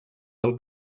del